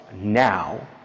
now